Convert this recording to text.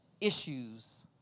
issues